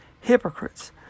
hypocrites